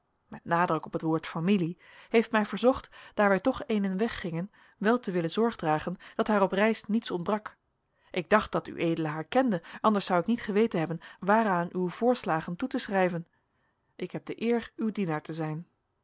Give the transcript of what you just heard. met nadruk op het woord familie heeft mij verzocht daar wij toch éénen weg gingen wel te willen zorg dragen dat haar op reis niets ontbrak ik dacht dat ued haar kende anders zou ik niet geweten hebben waaraan uw voorslagen toe te schrijven ik heb de eer uw dienaar te zijn